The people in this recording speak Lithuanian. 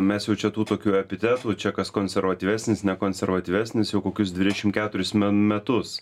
mes jau čia tų tokių epitetų čia kas konservatyvesnis ne konservatyvesnis jau kokius dvidešim keturis men metus